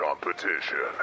competition